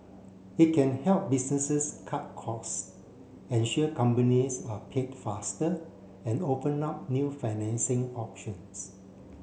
it can help businesses cut costs ensure companies are paid faster and open up new financing options